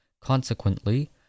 Consequently